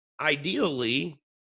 ideally